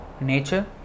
nature